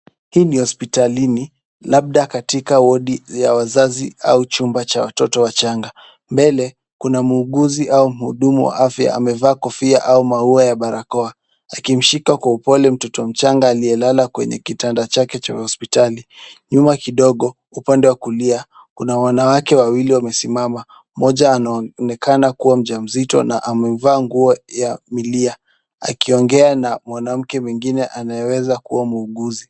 Hii ni hospitalini labda katika wodi ya wazazi au chumba cha watoto wachanga. Mbele kuna muuguzi au mhudumu wa afya amevaa kofia au maua ya barakoa akimshika kwa upole mtoto mchanga aliyelala kwenye kitanda chake cha hospitali. Nyuma kidogo upande wa kulia kuna wanawake wawili wamesimama. Mmoja anaonekana kuwa mjamzito na amevaa nguo ya milia akiongea na mwanamke mwingine anayeweza kuwa muuguzi.